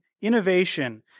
innovation